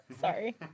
Sorry